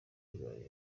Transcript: bibaye